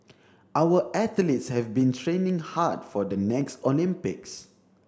our athletes have been training hard for the next Olympics